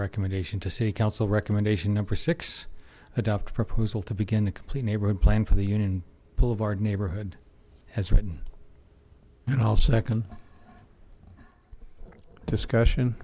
recommendation to city council recommendation number six adopt proposal to begin a complete neighborhood plan for the union boulevard neighborhood has written and i'll second discussion